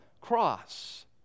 cross